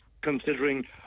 Considering